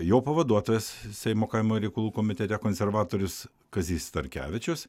jo pavaduotojas seimo kaimo reikalų komitete konservatorius kazys starkevičius